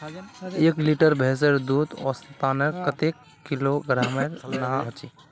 एक लीटर भैंसेर दूध औसतन कतेक किलोग्होराम ना चही?